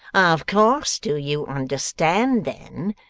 of course do you understand then,